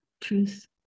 truth